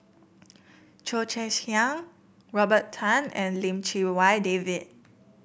Cheo Chai Hiang Robert Tan and Lim Chee Wai David